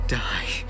die